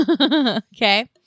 Okay